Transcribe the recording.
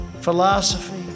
philosophy